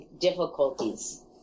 difficulties